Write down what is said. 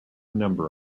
number